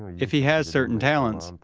if he has certain talents,